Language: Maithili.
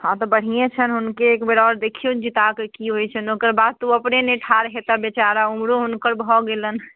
हँ तऽ बढ़िये छनि हुनके एकबेर आओर देखिऔन जिताकऽ की होइत छनि ओकर बाद तऽ ओ अपने नहि ठाढ़ हेता बेचारा उम्रो हुनकर भऽ गेलनि